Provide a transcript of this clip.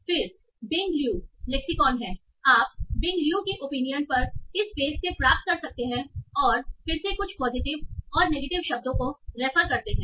फिर Bing Liu lexicon है आप बिंग लियू की ओपिनियन पर इस पेज से प्राप्त कर सकते हैं और फिर से कुछ पॉजिटिव और कुछ नेगेटिव शब्दों को रेफर करते हैं